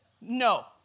no